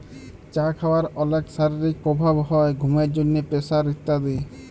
চা খাওয়ার অলেক শারীরিক প্রভাব হ্যয় ঘুমের জন্হে, প্রেসার ইত্যাদি